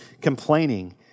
complaining